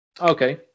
okay